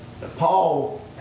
Paul